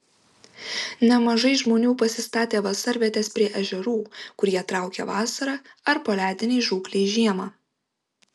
nemažai žmonių pasistatė vasarvietes prie ežerų kur jie traukia vasarą ar poledinei žūklei žiemą